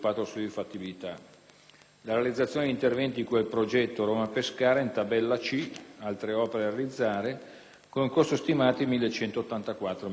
la realizzazione degli interventi di cui al progetto «Roma-Pescara», in tabella C «Altre opere da realizzare», con un costo stimato di 1.184 milioni di euro.